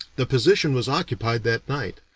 the position was occupied that night,